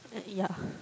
uh yeah